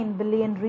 billion